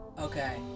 Okay